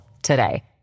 today